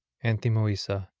anthemoessa,